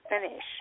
finish